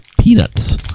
peanuts